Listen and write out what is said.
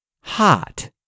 Hot